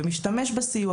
מההיבט התקציבי,